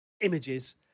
images